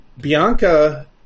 Bianca